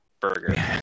burger